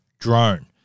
Drone